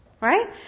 Right